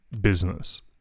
business